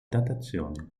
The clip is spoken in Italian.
datazione